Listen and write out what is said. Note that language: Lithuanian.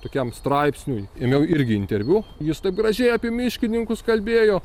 tokiam straipsniui ėmiau irgi interviu jis taip gražiai apie miškininkus kalbėjo